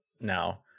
now